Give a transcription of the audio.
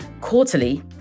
quarterly